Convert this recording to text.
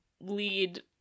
lead